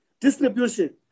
distribution